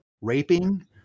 raping